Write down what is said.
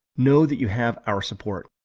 know that you have our support.